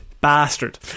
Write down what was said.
bastard